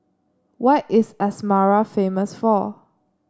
what is Asmara famous for